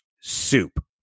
soup